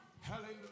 Hallelujah